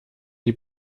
die